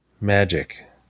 magic